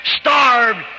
starved